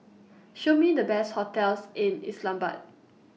Show Me The Best hotels in